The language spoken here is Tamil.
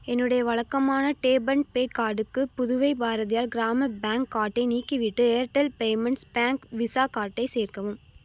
என்னுடைய வழக்கமான டேப் அண்ட் பே கார்டுக்கு புதுவை பாரதியார் கிராம பேங்க் கார்ட்டை நீக்கிவிட்டு ஏர்டெல் பேமெண்ட்ஸ் பேங்க் விசா கார்ட்டை சேர்க்கவும்